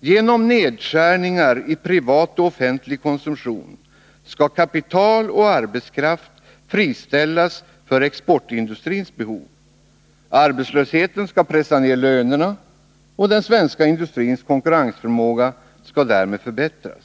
Genom nedskärningar i privat och offentlig konsumtion skall kapital och arbetskraft friställas för exportindustrins behov. Arbetslösheten skall pressa ner lönerna, och den svenska industrins konkurrensförmåga skall därmed förbättras.